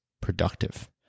productive